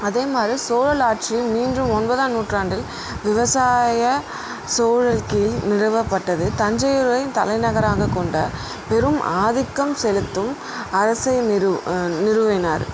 அதே மாதிரி சோழ ஆட்சியும் மீண்டும் ஒன்பதாம் நூற்றாண்டில் விவசாய சோழல் கீழ் நிறுவப்பட்டது தஞ்சை ஊரையும் தலைநகராக கொண்ட பெரும் ஆதிக்கம் செலுத்தும் அரசை நிறு நிறுவினார்